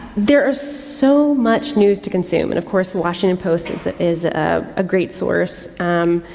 there is so much news to consume and of course the washington post is, is a, a great source. um,